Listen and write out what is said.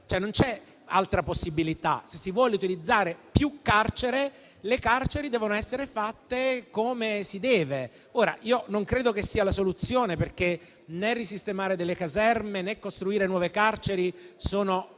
Non c'è altra possibilità: se si vuole utilizzare più carcere, le carceri devono essere fatte come si deve. Non credo che questa sia la soluzione, perché né risistemare caserme, né costruire nuove carceri sono soluzioni